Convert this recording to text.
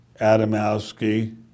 Adamowski